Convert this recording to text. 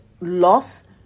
loss